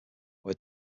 where